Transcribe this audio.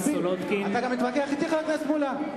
אתה גם מתווכח אתי, חבר הכנסת מולה?